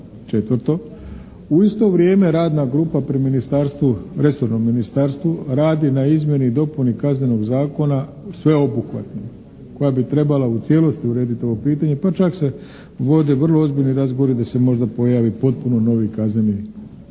Četvrto. U isto vrijeme radna grupa pri resornom ministarstvu radi na izmjeni i dopuni Kaznenog zakona sveobuhvatno. Koja bi trebala u cijelosti urediti ovo pitanje. Pa čak se vode vrlo ozbiljni razgovori da se možda pojavi potpuno novi Zakon